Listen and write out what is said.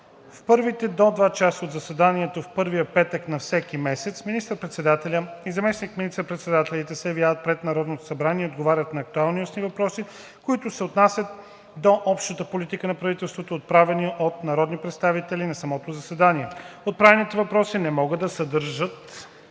В първите до два часа от заседанието в първия петък на всеки месец министър-председателят и заместник министър-председателите се явяват пред Народното събрание и отговарят на актуални устни въпроси, които се отнасят до общата политика на правителството, отправени от народни представители на самото заседание. Отправените въпроси не могат да съдържат